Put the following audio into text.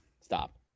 Stop